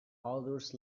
others